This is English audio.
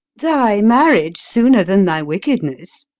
thy marriage, sooner than thy wickedness.